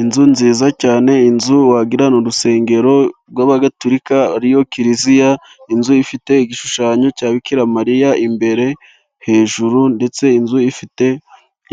Inzu nziza cyane, inzu wagira ni urusengero rw'Abagatulika ariyo Kiliziya, inzu ifite igishushanyo cya Bikira Mariya imbere hejuru, ndetse inzu ifite